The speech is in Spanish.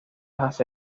hacia